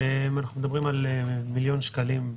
אנחנו מדברים על מיליון שקלים.